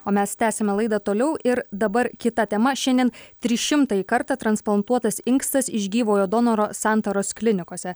o mes tęsiame laidą toliau ir dabar kita tema šiandien trišimtąjį kartą transplantuotas inkstas iš gyvojo donoro santaros klinikose